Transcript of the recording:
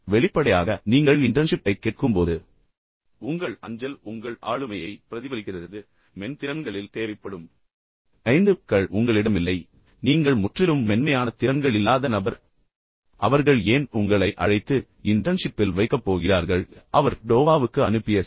வெளிப்படையாக நீங்கள் இன்டர்ன்ஷிப்பைக் கேட்கும்போது உங்கள் அஞ்சல் உங்கள் ஆளுமையை பிரதிபலிக்கிறது மென் திறன்களில் தேவைப்படும் ஐந்து P கள் உங்களிடம் இல்லை என்பதை உங்கள் அஞ்சல் பிரதிபலிக்கிறது நீங்கள் முற்றிலும் மென்மையான திறன்கள் இல்லாத நபர் அவர்கள் ஏன் உங்களை அழைத்து பின்னர் உங்களை இன்டர்ன்ஷிப்பில் வைக்கப்போகிறார்கள் அவர் டோவாவுக்கு அனுப்பிய சி